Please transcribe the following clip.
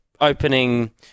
opening